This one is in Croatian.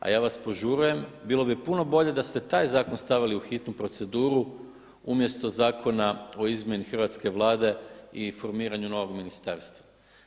A ja vas požurujem, bilo bi puno bolje da ste taj zakon stavili u hitnu proceduru umjesto Zakona o izmjeni hrvatske Vlade i formiranju novog ministarstva.